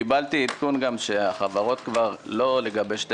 קיבלתי עדכון שהחברות כבר לא מקשות לגבי שתי